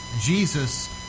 Jesus